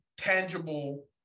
tangible